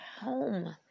home